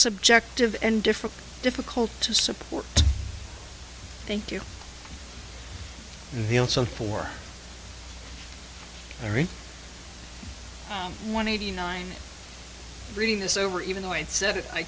subjective and different difficult to support thank you so for every one eighty nine reading this over even though it said i